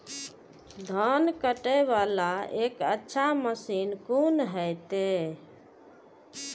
धान कटे वाला एक अच्छा मशीन कोन है ते?